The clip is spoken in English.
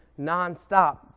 nonstop